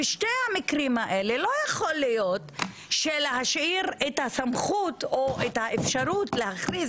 בשני המקרים האלה לא יכול להיות להשאיר את הסמכות או את האפשרות להכריז